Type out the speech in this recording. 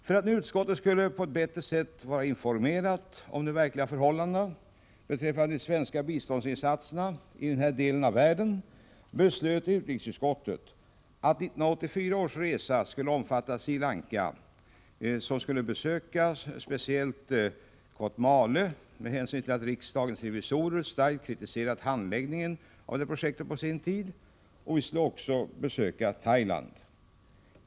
För att utskottet skulle bli bättre informerat om de verkliga förhållandena beträffande de svenska biståndsinsatserna i denna del av världen beslöt utrikesutskottet att 1984 års resa skulle omfatta Sri Lanka, där Kotmale skulle besökas, speciellt med hänsyn till att riksdagens revisorer på sin tid starkt kritiserat handläggningen av det projektet. Vi skulle också besöka Thailand.